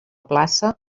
plaça